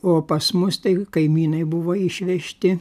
o pas mus tai kaimynai buvo išvežti